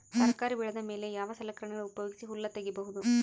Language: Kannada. ತರಕಾರಿ ಬೆಳದ ಮೇಲೆ ಯಾವ ಸಲಕರಣೆಗಳ ಉಪಯೋಗಿಸಿ ಹುಲ್ಲ ತಗಿಬಹುದು?